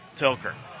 Tilker